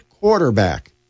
quarterback